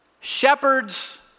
shepherds